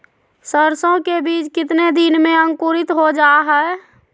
सरसो के बीज कितने दिन में अंकुरीत हो जा हाय?